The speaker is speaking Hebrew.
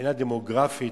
מבחינה דמוגרפית,